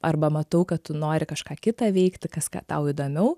arba matau kad tu nori kažką kitą veikti kas ką tau įdomiau